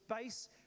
base